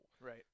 Right